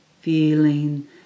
feeling